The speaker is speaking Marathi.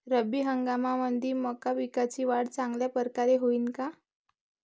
रब्बी हंगामामंदी मका पिकाची वाढ चांगल्या परकारे होईन का?